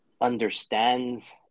understands